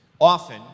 Often